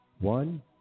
one